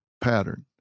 pattern